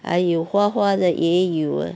还有花花的也有